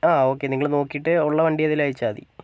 ആ ഓക്കെ നിങ്ങൾ നോക്കിയിട്ട് ഉള്ള വണ്ടി ഏതേലും അയച്ചാൽ മതി